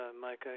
Mike